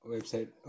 Website